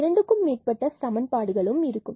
இரண்டுக்கும் மேற்பட்ட ஒரு சமன்பாடு இருக்கும்